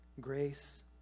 grace